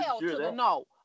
no